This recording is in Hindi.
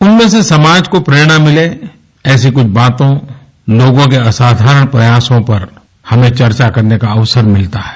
उनमें से समाज को प्रेरण मिले ऐसी कुछ बातों लोगों के असाधारण प्रयासों पर हमें चर्चा करने का अवसर मिलता है